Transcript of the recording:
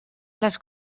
las